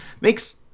makes